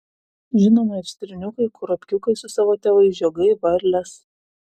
žinoma ir stirniukai kurapkiukai su savo tėvais žiogai varlės